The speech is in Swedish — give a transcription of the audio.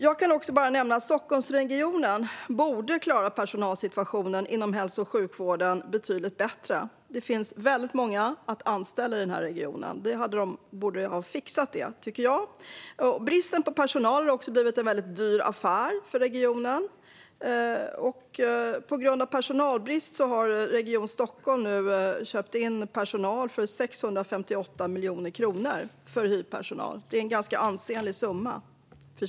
Jag kan också bara nämna att Stockholmsregionen borde klara personalsituationen inom hälso och sjukvården betydligt bättre. Det finns väldigt många att anställa i den här regionen, och det tycker jag att man borde ha fixat. Bristen på personal har också blivit en dyr affär för regionen - på grund av personalbrist har Region Stockholm köpt in hyrpersonal för 658 miljoner kronor under 2018. Det är en ganska ansenlig summa.